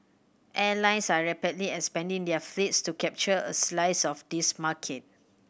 airlines are rapidly expanding their fleets to capture a slice of this market